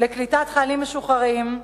לקליטת חיילים משוחררים,